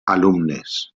alumnes